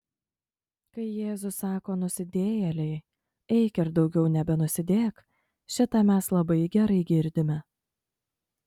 kai jėzus sako nusidėjėlei eik ir daugiau nebenusidėk šitą mes labai gerai girdime